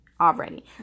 already